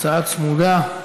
הצעה צמודה.